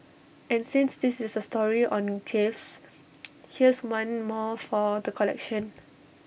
and since this is A story on gaffes here's one more for the collection